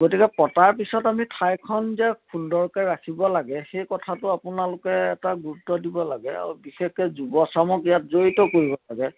গতিকে পতাৰ পিছত আমি ঠাইখন যে সুন্দৰকৈ ৰাখিব লাগে সেই কথাটো আপোনালোকে এটা গুৰুত্ব দিব লাগে আৰু বিশেষকৈ যুৱচামক ইয়াত জড়িত কৰিব লাগে